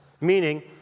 meaning